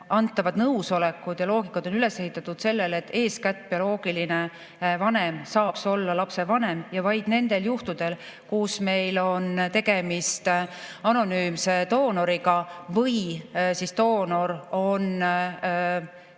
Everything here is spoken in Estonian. antavad nõusolekud ja loogika on üles ehitatud sellele, et eeskätt bioloogiline vanem saaks olla lapse vanem. Vaid nendel juhtudel, kui meil on tegemist anonüümse doonoriga või doonor on